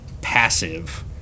Passive